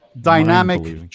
dynamic